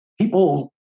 people